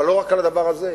אבל לא רק על הדבר הזה.